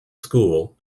school